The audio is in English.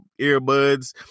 earbuds